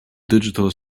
digital